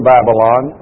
Babylon